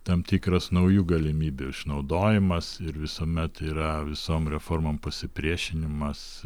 tam tikras naujų galimybių išnaudojimas ir visuomet yra visom reformom pasipriešinimas